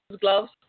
gloves